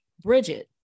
Bridget